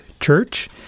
church